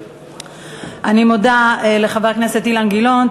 אני מודה לחבר הכנסת אילן גילאון.